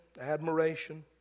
admiration